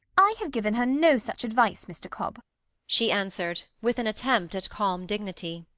i have given her no such advice, mr. cobb she answered, with an attempt at calm dignity.